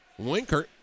Winkert